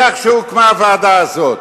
בכך שהוקמה הוועדה הזאת,